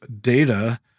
data